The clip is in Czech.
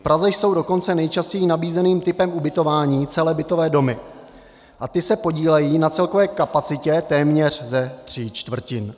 V Praze jsou dokonce nejčastěji nabízeným typem ubytování celé bytové domy a ty se podílejí na celkové kapacitě téměř ze 3/4.